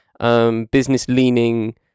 business-leaning